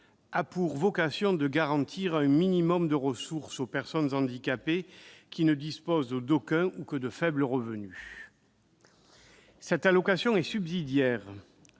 a pour vocation de garantir un minimum de ressources aux personnes handicapées ne disposant d'aucun revenu ou ayant de faibles revenus. Cette allocation est subsidiaire